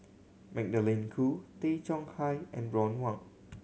Magdalene Khoo Tay Chong Hai and Ron Wong